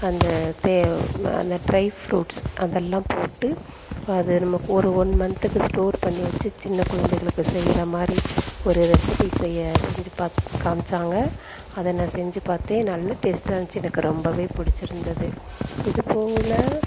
அந்த தே அந்த ட்ரை ஃப்ரூட்ஸ் அதெல்லாம் போட்டு அது நமக் ஒரு ஒன் மந்த்துக்கு ஸ்டோர் பண்ணி வச்சி சின்ன குழந்தைகளுக்கு செய்கிற மாதிரி ஒரு ரெசிபி செய்ய செஞ்சு பாத் காமிச்சாங்க அதை நான் செஞ்சு பார்த்தேன் நல்லா டேஸ்ட்டாக இருந்திச்சு எனக்கு ரொம்பவே புடிச்சு இருந்தது இது போவுல